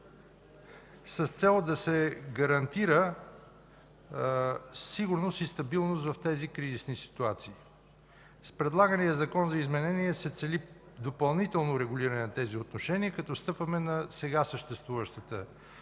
с цел да се гарантира сигурност и стабилност в тези кризисни ситуации. С предлагания Закон за изменение се цели допълнително регулиране на тези отношения, като стъпваме на сега съществуващата